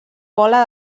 bola